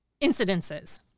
incidences